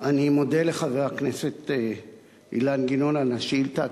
אני מודה לחבר הכנסת אילן גילאון על השאילתא,